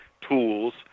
tools